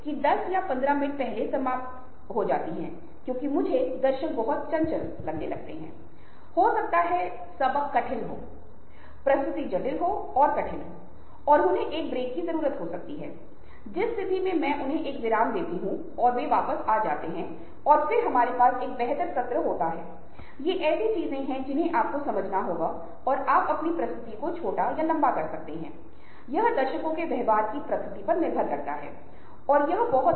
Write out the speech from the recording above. इसलिए एक पारस्परिक संदर्भ में सामाजिक सांस्कृतिक संदर्भ में प्रासंगिकता और नेटवर्किंग के महत्व पर चर्चा करते हुए हम नेटवर्क के रूप में रिश्तों के निर्माण के बारे में बात कर रहे हैं रिश्तों को समझना रिश्तों का एक पक्षी दृष्टि प्राप्त करना जब हम खोज विश्लेषण पहचान लेन देन के पैटर्न विभिन्न नेटवर्क समुदायों के बीच संबंधों की प्रकृति का पता लगाते हैं